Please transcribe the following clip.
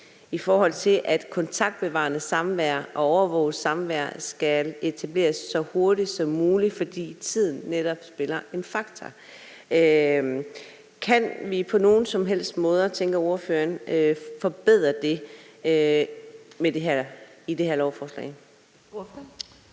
fuldstændig enig: Kontaktbevarende samvær og overvåget samvær skal etableres så hurtigt som muligt, fordi tiden spiller en faktor. Kan vi på nogen som helst måde, tænker ordføreren, forbedre det i det her lovforslag?